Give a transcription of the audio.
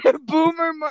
Boomer